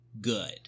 good